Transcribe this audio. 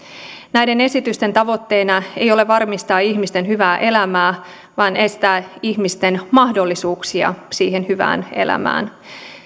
näiden esitysten tavoitteena ei ole varmistaa ihmisten hyvää elämää vaan estää ihmisten mahdollisuuksia siihen hyvään elämään se